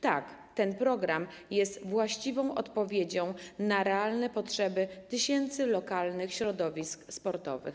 Tak, ten program jest właściwą odpowiedzią na realne potrzeby tysięcy lokalnych środowisk sportowych.